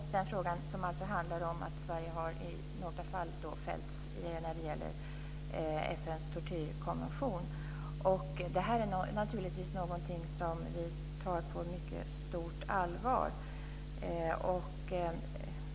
Fru talman! Jag ska ta upp den fråga som handlar om att Sverige i några fall har fällts för brott mot FN:s tortyrkonvention. Detta är naturligtvis något som vi tar på mycket stort allvar.